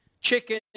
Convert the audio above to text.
chicken